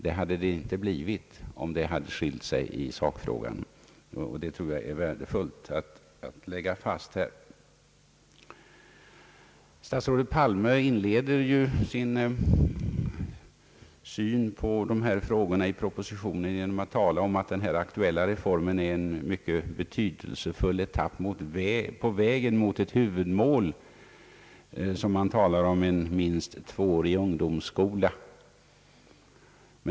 Det hade det inte blivit om meningarna skilt sig i sakfrågan, och det tror jag är värdefullt att lägga fast här. Statsrådet Palme inleder i propositionen sin syn på dessa frågor med att den här aktuella reformen är en mycket betydelsefull etapp på vägen mot ett huvudmål, som han talar om, nämligen en minst tvåårig ungdomsskola.